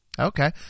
Okay